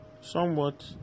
somewhat